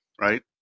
right